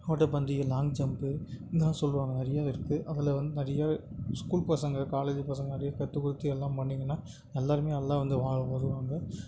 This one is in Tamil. ஓட்டப்பந்தயம் லாங் ஜம்ப்பு இன்னும் சொல்லுவாங்க நிறைய இருக்குது அதில் வந்து நிறைய ஸ்கூல் பசங்க காலேஜி பசங்க நிறைய கற்றுக் கொடுத்து எல்லாம் பண்ணிங்கன்னா எல்லோருமே நல்லா வந்து வால் வருவாங்க